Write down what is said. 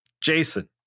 Jason